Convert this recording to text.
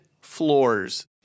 floors